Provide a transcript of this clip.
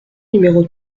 numéro